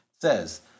says—